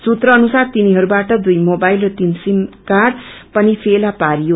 सूत्र अनुसार तिनीहरूबाट दुई मोबाइल र तीन सीम र्काड पनि फेला पारियो